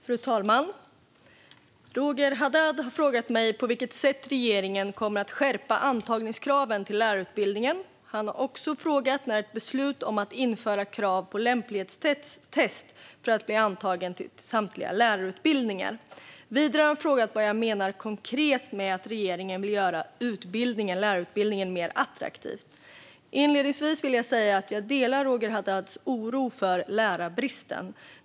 Fru talman! Roger Haddad har frågat mig på vilket sätt regeringen kommer att skärpa antagningskraven till lärarutbildningen. Han har också frågat när ett beslut kommer om att införa krav på lämplighetstest för att bli antagen till samtliga lärarutbildningar. Vidare har han frågat vad jag menar konkret med att regeringen vill göra lärarutbildningen mer attraktiv. Inledningsvis vill jag säga att jag delar Roger Haddads oro för lärarbristen.